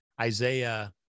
Isaiah